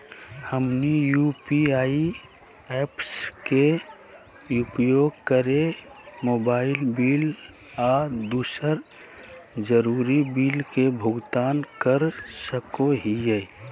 हमनी UPI apps के उपयोग करके मोबाइल बिल आ दूसर जरुरी बिल के भुगतान कर सको हीयई